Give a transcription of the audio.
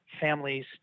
families